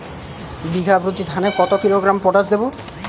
বিঘাপ্রতি ধানে কত কিলোগ্রাম পটাশ দেবো?